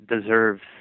deserves